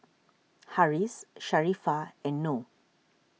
Harris Sharifah and Noh